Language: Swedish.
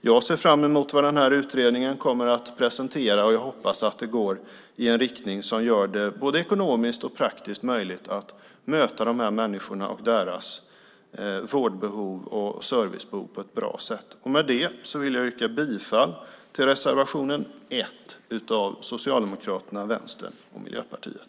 Jag ser fram emot vad utredningen kommer att presentera, och jag hoppas att det går i en riktning som gör det ekonomiskt och praktiskt möjligt att möta dessa människor och deras vård och servicebehov på ett bra sätt. Jag yrkar bifall till reservation 1 av Socialdemokraterna, Vänstern och Miljöpartiet.